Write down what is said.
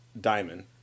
diamond